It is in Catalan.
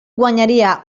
guanyaria